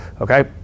okay